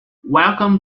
welcome